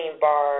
bar